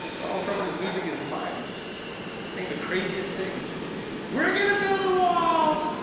donald trump is losing his mind saying the craziest things we're gonna build a wall